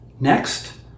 Next